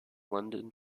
london